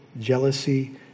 jealousy